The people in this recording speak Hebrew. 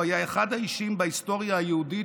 הוא היה אחד האישים בהיסטוריה היהודית,